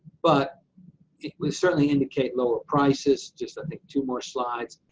but it would certainly indicate lower prices, just i think two more slides.